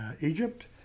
Egypt